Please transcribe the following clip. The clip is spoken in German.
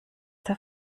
der